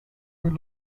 per